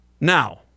Now